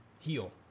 heal